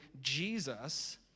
Jesus